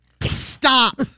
Stop